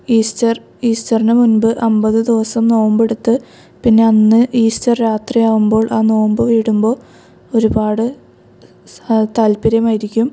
Easter ഈസ്റ്ററിന് മുൻപ് അൻപത് ദിവസം നോമ്പെടുത്ത് പിന്നെ അന്ന് ഈസ്റ്റർ രാത്രിയാകുമ്പോൾ ആ നോമ്പ് വീടുമ്പോൾ ഒരുപാട് താൽപ്പര്യമായിരിക്കും